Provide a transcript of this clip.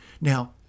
Now